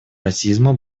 расизма